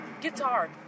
guitar